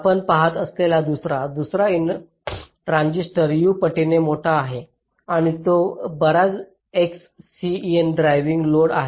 आपण पहात असलेला दुसरा दुसरा ट्रान्झिस्टर U पटीने मोठा आहे आणि तो बराच ड्रायविंग लोड आहे